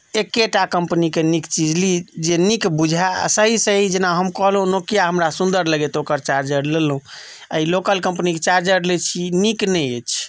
एकेटा कंपनी के नीक चीज ली जे नीक बुझाय आ सही सही जेना हम कहलहुॅं नोकिया हमरा सुन्दर लगैया तऽ ओकर चार्जर लेलहुॅं आ ई लोकल कंपनीक चार्जर लै छी नीक नहि अछि